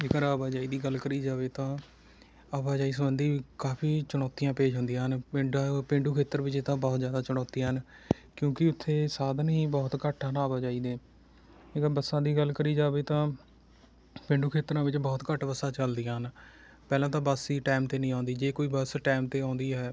ਜੇਕਰ ਆਵਾਜਾਈ ਦੀ ਗੱਲ ਕਰੀ ਜਾਵੇ ਤਾਂ ਆਵਾਜਾਈ ਸੰਬੰਧੀ ਕਾਫ਼ੀ ਚੁਣੌਤੀਆਂ ਪੇਸ਼ ਹੁੰਦੀਆਂ ਹਨ ਪਿੰਡਾਂ ਪੇਂਡੂ ਖੇਤਰ ਵਿੱਚ ਤਾਂ ਬਹੁਤ ਜ਼ਿਆਦਾ ਚੁਣੌਤੀਆਂ ਹਨ ਕਿਉਂਕਿ ਉੱਥੇ ਸਾਧਨ ਹੀ ਬਹੁਤ ਘੱਟ ਹਨ ਆਵਾਜਾਈ ਦੇ ਜੇਕਰ ਬੱਸਾਂ ਦੀ ਗੱਲ ਕਰੀ ਜਾਵੇ ਤਾਂ ਪੇਂਡੂ ਖੇਤਰਾਂ ਵਿੱਚ ਬਹੁਤ ਘੱਟ ਬੱਸਾਂ ਚੱਲਦੀਆਂ ਹਨ ਪਹਿਲਾਂ ਤਾਂ ਬੱਸ ਹੀ ਟਾਇਮ 'ਤੇ ਨਹੀਂ ਆਉਂਦੀ ਜੇ ਕੋਈ ਬੱਸ ਟਾਇਮ 'ਤੇ ਆਉਂਦੀ ਹੈ